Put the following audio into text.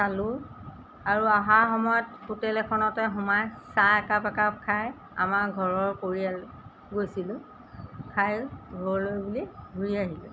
চালো আৰু অহাৰ সময়ত হোটেল এখনতে সোমাই চাহ একাপ একাপ খাই আমাৰ ঘৰৰ পৰিয়াল গৈছিলোঁ খাই ঘৰলৈ বুলি ঘূৰি আহিলোঁ